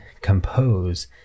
compose